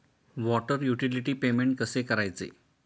Water utility payment कसे करायचे?